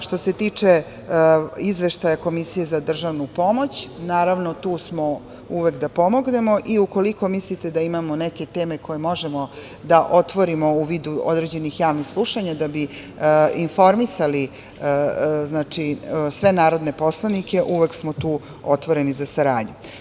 Što se tiče Izveštaja Komisije za državnu pomoć, naravno, tu smo uvek da pomognemo i ukoliko mislite da imamo neke teme koje možemo da otvorimo u vidu određenih javnih slušanja, da bi informisali sve narodne poslanike, uvek smo tu otvoreni za saradnju.